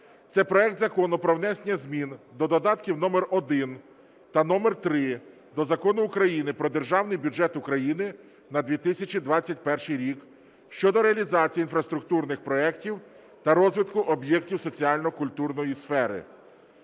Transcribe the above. Це проект Закону про внесення змін до додатків № 1 та № 3 до Закону України "Про Державний бюджет України на 2021 рік" (щодо реалізації інфраструктурних проєктів та розвитку об'єктів соціально-культурної сфери).